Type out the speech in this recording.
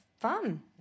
fun